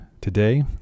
today